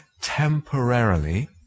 temporarily